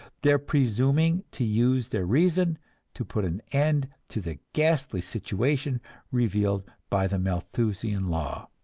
their presuming to use their reason to put an end to the ghastly situation revealed by the malthusian law,